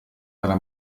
alla